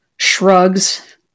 shrugs